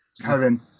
Kevin